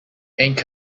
ink